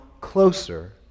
closer